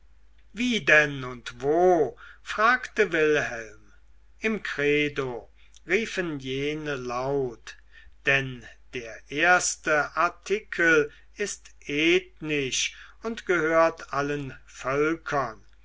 wie denn und wo fragte wilhelm im credo riefen jene laut denn der erste artikel ist ethnisch und gehört allen völkern der